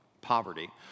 poverty